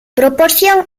proporción